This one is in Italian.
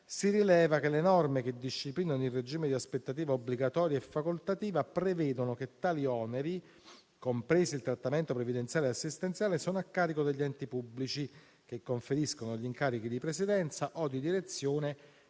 si rileva che le norme che disciplinano il regime di aspettativa obbligatoria e facoltativa prevedono che tali oneri, compresi il trattamento previdenziale e assistenziale, sono a carico degli enti pubblici che conferiscono gli incarichi di presidenza o di direzione